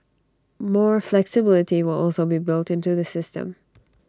more flexibility will also be built into the system